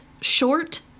short